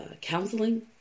counseling